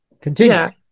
continue